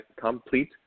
complete